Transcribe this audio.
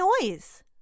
noise